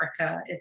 Africa